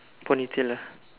ponytail ah